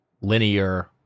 linear